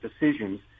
decisions